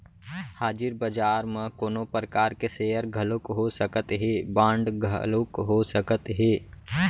हाजिर बजार म कोनो परकार के सेयर घलोक हो सकत हे, बांड घलोक हो सकत हे